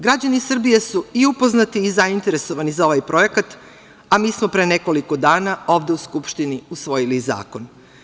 Građani Srbije su i upoznati i zainteresovani za ovaj projekat, a mi smo pre nekoliko dana ovde u Skupštini usvojili zakon.